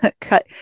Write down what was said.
cut